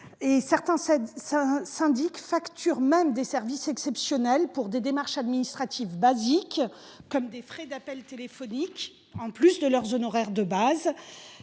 ! Certains syndics facturent même des services exceptionnels pour des démarches administratives de base, comme des frais d’appels téléphoniques, en plus de leurs honoraires fixes,